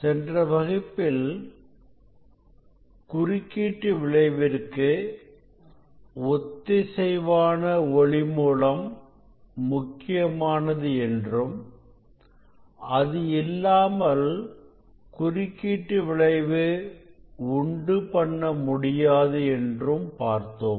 சென்ற வகுப்பில் குறுக்கீட்டு விளைவிற்கு ஒத்திசைவான ஒளி மூலம் முக்கியமானது என்றும் அது இல்லாமல் குறுக்கீட்டு விளைவு உண்டு பண்ண முடியாது என்றும் பார்த்தோம்